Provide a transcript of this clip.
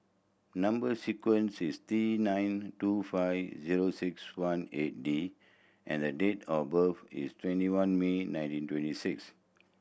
number sequence is T nine two five zero six one eight D and the date of birth is twenty one May nineteen twenty six